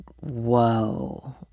whoa